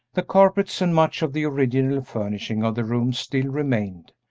the carpets and much of the original furnishing of the rooms still remained,